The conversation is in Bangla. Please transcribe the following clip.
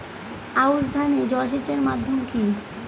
আউশ ধান এ জলসেচের মাধ্যম কি?